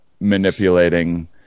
manipulating